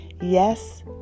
Yes